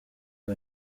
ayo